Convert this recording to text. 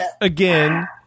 again